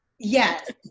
Yes